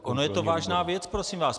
Ona je to vážná věc, prosím vás.